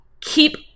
keep